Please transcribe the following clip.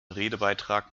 redebeitrag